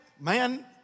man